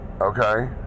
okay